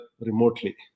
remotely